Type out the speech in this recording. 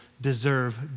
deserve